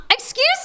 Excuse